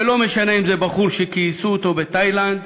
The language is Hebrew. ולא משנה אם זה בחור שכייסו אותו בתאילנד,